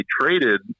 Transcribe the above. traded